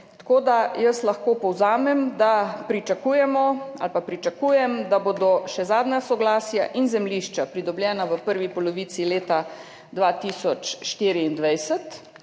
knjigo. Jaz lahko povzamem, da pričakujemo ali pa pričakujem, da bodo še zadnja soglasja in zemljišča pridobljena v prvi polovici leta 2024,